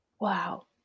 Wow